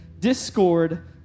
discord